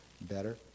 better